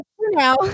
now